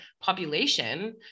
population